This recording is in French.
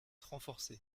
renforcé